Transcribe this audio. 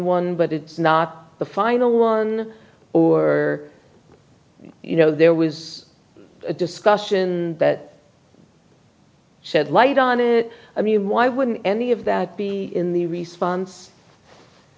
one but it's not the final one or you know there was a discussion that said light on it i mean why wouldn't any of that be in the response